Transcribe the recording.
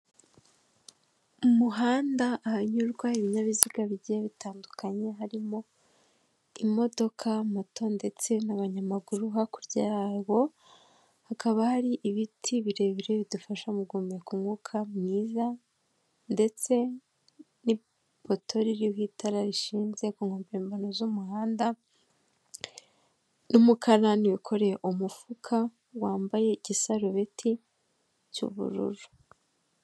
Mu muhanda ahanyurwa ibinyabiziga bigiye bitandukanye, harimo imodoka, moto ndetse n'abanyamaguru. Hakurya yaho hakaba hari ibiti birebire bidufasha mu guhumeka umwuka mwiza ndetse n'ipoto ririho itara rishinze ku nkombano z'umuhanda n'umukarani wikoreye umufuka, wambaye igisarubeti by'ubururu.